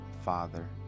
father